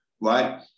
right